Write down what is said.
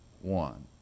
One